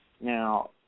Now